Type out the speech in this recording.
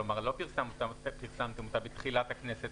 כלומר לא פרסמתם אותה בתחילת הכנסת